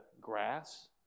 grass